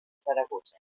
zaragoza